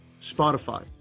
Spotify